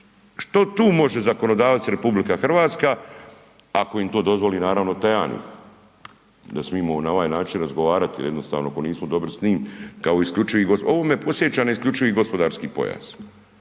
što tu može zakonodavac RH ako im to dozvoli naravno Tajani da smimo na ovaj način razgovarati jel jednostavno ako nismo dobri s njim kao isključivi, ovo me podsjeća